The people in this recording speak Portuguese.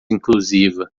inclusiva